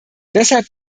deshalb